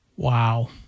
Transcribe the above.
Wow